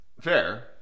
fair